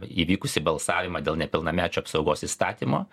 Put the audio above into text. įvykusį balsavimą dėl nepilnamečių apsaugos įstatymo